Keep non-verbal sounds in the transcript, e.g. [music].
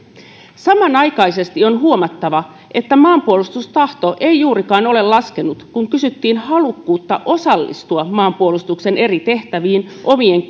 samanaikaisesti on huomattava että maanpuolustustahto ei juurikaan ole laskenut kun kysyttiin halukkuutta osallistua maanpuolustuksen eri tehtäviin omien [unintelligible]